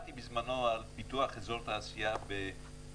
דיברתי בזמנו על פיתוח אזור תעשייה בערוער,